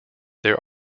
there